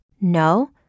No